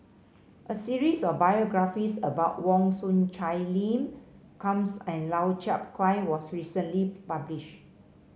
a series of biographies about Wong Chong Sai Lim and Lau Chiap Khai was recently published